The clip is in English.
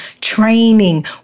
training